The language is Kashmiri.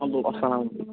ہیٚلو اَسلامُ